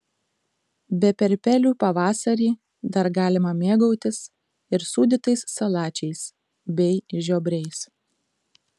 be perpelių pavasarį dar galima mėgautis ir sūdytais salačiais bei žiobriais